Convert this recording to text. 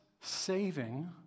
saving